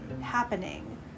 happening